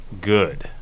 good